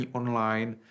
online